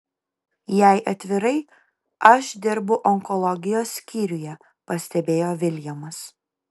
jei atvirai aš dirbu onkologijos skyriuje pastebėjo viljamas